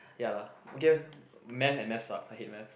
ya lah okay math and math sucks I hate math